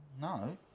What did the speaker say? No